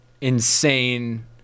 insane